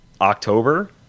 October